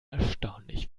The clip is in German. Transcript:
erstaunlich